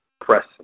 press